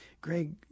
Greg